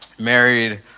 Married